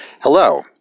Hello